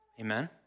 Amen